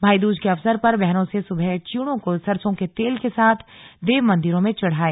भाई दूज के अवसर पर बहनों से सुबह च्यूड़ों को सरसों के तेल के साथ देव मंदिरों में चढ़ाए